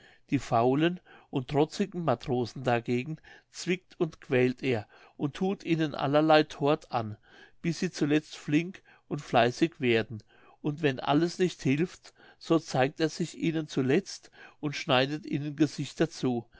die faulen und trotzigen matrosen dagegen zwickt und quält er und thut ihnen allerlei tort an bis sie zuletzt flink und fleißig werden und wenn alles nicht hilft so zeigt er sich ihnen zuletzt und schneidet ihnen gesichter zu